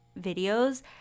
videos